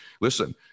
Listen